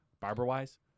barber-wise